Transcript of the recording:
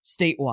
statewide